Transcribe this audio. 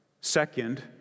Second